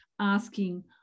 asking